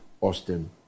Austin